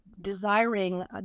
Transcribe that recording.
desiring